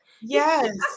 Yes